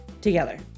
together